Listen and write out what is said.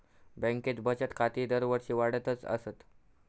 बँकेत बचत खाती दरवर्षी वाढतच आसत